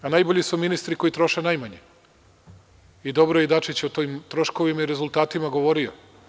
A najbolji su ministri koji troše najmanje i dobro je Dačić o tim troškovima i rezultatima govorio.